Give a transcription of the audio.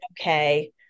okay